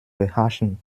erhaschen